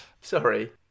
Sorry